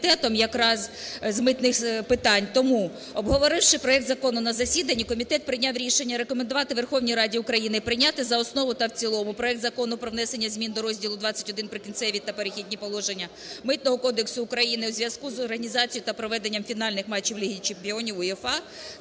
Тому, обговоривши проект закону на засіданні, комітет прийняв рішення рекомендувати Верховній Раді України прийняти за основу та в цілому проект Закону про внесення змін до розділу ХХІ "Прикінцеві та Перехідні положення" Митного кодексу України у зв'язку з організацією та проведенням фінальних матчів Ліги чемпіонів УЄФА